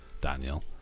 Daniel